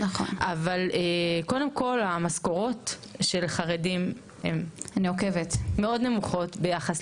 אבל קודם כל המשכורות של חרדים הן מאוד נמוכות ביחס